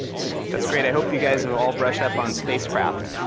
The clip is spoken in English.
that's great. i hope you guys have all brushed up on spacecraft.